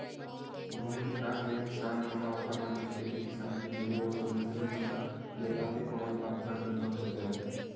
भूमि बिकास बेंक किसान मन ला ओखर मन के खेती किसानी ले जुड़े ओ सब मसीन मन ल लेय खातिर ओमन ल अब्बड़ दिन बर करजा देथे